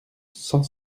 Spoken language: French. cent